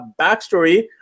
backstory